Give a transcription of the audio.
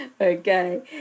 Okay